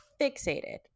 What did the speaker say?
fixated